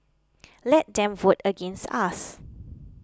let them vote against us